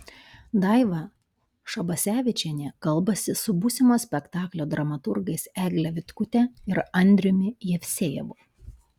daiva šabasevičienė kalbasi su būsimo spektaklio dramaturgais egle vitkute ir andriumi jevsejevu